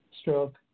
stroke